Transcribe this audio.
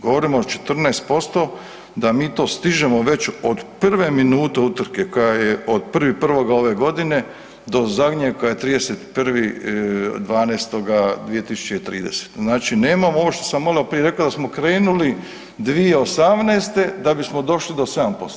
Govorimo o 14% da mi to stižemo već od prve minute utrke koja je od 1. 1. ove godine, do zadnjeg 31. 12. 2030., znači nema ovo što sam maloprije rekao da smo krenuli 2018., da bismo došli do 7%